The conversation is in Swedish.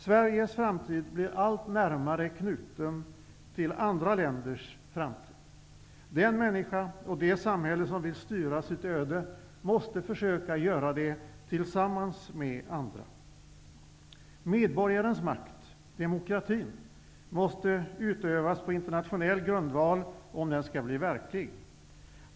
Sveriges framtid blir allt närmare knuten till andra länders framtid. Den människa och det samhälle som vill styra sitt öde måste försöka göra det tillsammans med andra. Medborgarnas makt -- demokratin -- måste utövas på internationell grundval om den skall bli verklig.